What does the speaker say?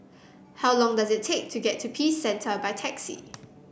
how long does it take to get to Peace Centre by taxi